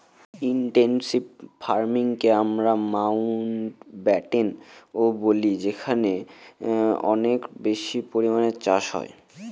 intensive ফার্মিংকে আমরা মাউন্টব্যাটেনও বলি যেখানে অনেক বেশি পরিমানে চাষ হয়